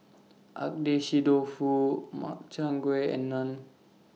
Agedashi Dofu Makchang Gui and Naan